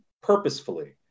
purposefully